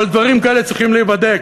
אבל דברים כאלה צריכים להיבדק.